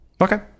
Okay